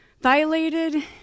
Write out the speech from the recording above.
violated